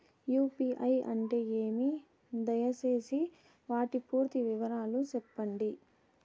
UPI అంటే ఏమి? దయసేసి వాటి పూర్తి వివరాలు సెప్పండి?